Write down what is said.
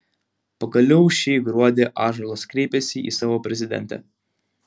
pagaliau šį gruodį ąžuolas kreipiasi į savo prezidentę